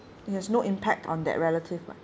it has no impact on that relative what